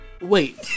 wait